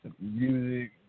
music